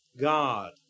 God